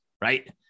Right